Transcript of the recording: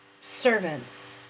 servants